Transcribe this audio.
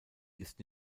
ist